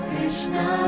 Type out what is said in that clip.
Krishna